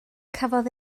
cafodd